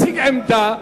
להציג עמדה,